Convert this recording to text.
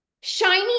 Shiny